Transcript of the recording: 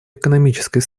экономической